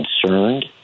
concerned